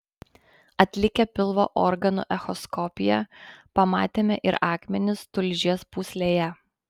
atlikę pilvo organų echoskopiją pamatėme ir akmenis tulžies pūslėje